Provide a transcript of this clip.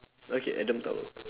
okay adam tower